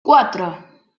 cuatro